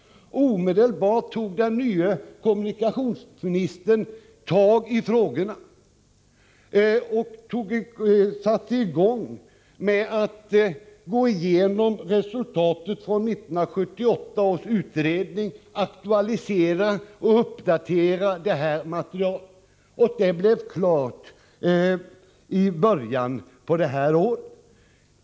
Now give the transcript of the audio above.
Omedelbart tog den nya kommunikationsministern tag i frågorna och satte i gång med att gå igenom resultatet av 1978 års utredning, och han aktualiserade och uppdaterade materialet. I början av det här året var arbetet klart.